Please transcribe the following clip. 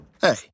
Hey